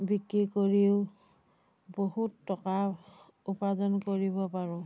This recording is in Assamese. বিক্ৰী কৰিও বহুত টকা উপাৰ্জন কৰিব পাৰোঁ